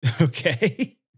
Okay